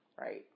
right